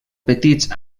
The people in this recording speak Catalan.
petits